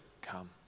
come